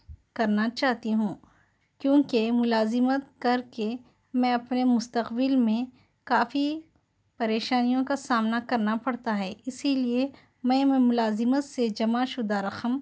کرنا چاہتی ہوں کیونکہ ملازمت کر کے میں اپنے مستقبل میں کافی پریشانیوں کا سامنا کرنا پڑتا ہے اسی لئے میں میں ملازمت سے جمع شدہ رقم